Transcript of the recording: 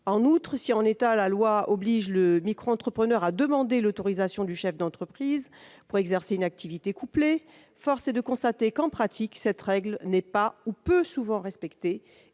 En outre, si la loi oblige le micro-entrepreneur à demander l'autorisation du chef d'entreprise pour exercer une activité couplée, force est de constater que cette règle n'est pas souvent respectée.